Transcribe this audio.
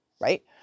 right